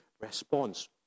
response